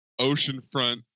oceanfront